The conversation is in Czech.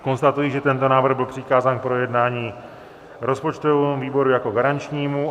Konstatuji, že tento návrh byl přikázán k projednání rozpočtovému výboru jako garančnímu.